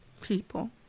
people